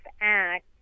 Act